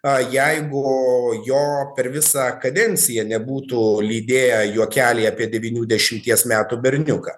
a jeigu jo per visą kadenciją nebūtų lydėję juokeliai apie devynių dešimties metų berniuką